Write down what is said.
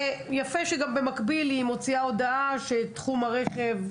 יפה שבמקביל היא גם מוציאה הודעה בתחום הרכב,